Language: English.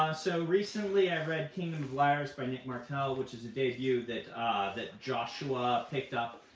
um so recently i've read kingdom of liars by nick martell, which is a debut that ah that joshua picked up,